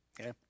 okay